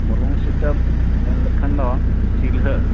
ᱢᱚᱞᱚᱝ ᱥᱤᱛᱟᱹᱯ ᱢᱮᱱ ᱞᱮᱠᱷᱟᱱ ᱫᱚ ᱥᱤᱞᱦᱟᱹ